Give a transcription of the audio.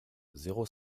zéro